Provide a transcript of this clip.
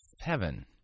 heaven